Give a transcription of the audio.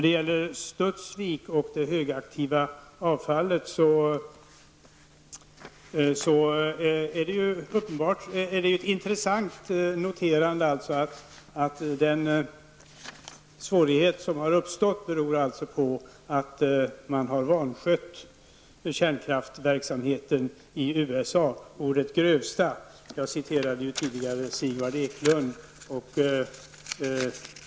Det är intressant att notera att de svårigheter som har uppstått med det högaktiva avfallet i Studsvik beror på att man har vanskött kärnkraftsverksamheten i USA å det grövsta. Jag citerade tidigare Sigvard Eklund.